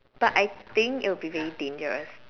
but I think it will be very dangerous